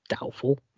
Doubtful